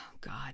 God